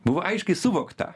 buvo aiškiai suvokta